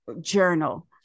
journal